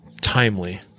timely